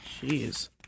Jeez